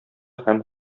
һәм